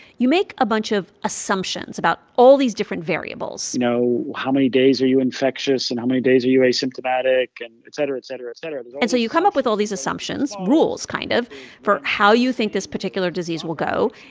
you make a bunch of assumptions about all these different variables you know, how many days are you infectious and how many days are you asymptomatic, and et cetera, et cetera, et cetera and so you come up with all these assumptions rules, kind of for how you think this particular disease will go,